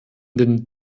den